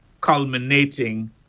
culminating